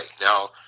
now